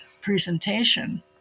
presentation